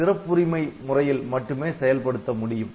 சிறப்புரிமை முறையில் மட்டுமே செயல்படுத்த முடியும்